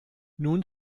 nun